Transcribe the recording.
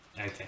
okay